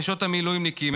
נשות המילואימניקים,